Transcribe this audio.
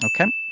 Okay